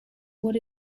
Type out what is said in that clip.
what